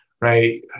right